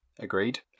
Agreed